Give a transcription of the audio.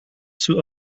zur